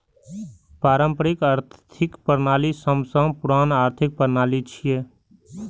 पारंपरिक आर्थिक प्रणाली सबसं पुरान आर्थिक प्रणाली छियै